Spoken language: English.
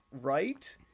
right